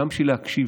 גם בשביל להקשיב,